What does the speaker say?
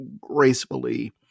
gracefully